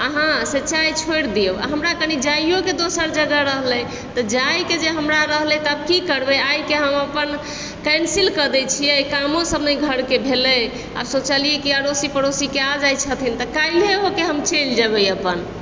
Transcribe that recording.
अहाँसे चाय छोड़ि दियौ हमरा तनि जाइयोके दोसर जगह रहलय तऽ जायके जे हमरा रहलय तब की करबय आइके हम अपन कैन्सिल कऽ दै छियै कामो सब नहि घरके भेलय आब सोचलियै कि अड़ोसी पड़ोसीके आओर जाइ छथिन तऽ काल्हिये होके हम चलि जेबय अपन